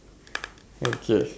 okay